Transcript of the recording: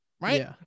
right